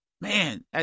Man